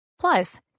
Plus